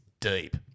deep